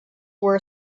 were